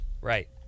Right